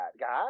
guys